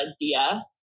ds